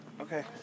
Okay